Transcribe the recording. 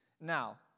Now